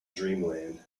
dreamland